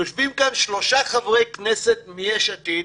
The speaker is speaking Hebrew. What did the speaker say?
יושבים כאן שלושה חברי כנסת מיש עתיד,